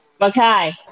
Okay